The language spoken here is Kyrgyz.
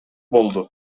болду